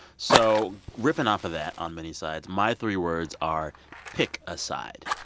so riffing off of that, on many sides, my three words are pick a side